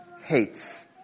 hates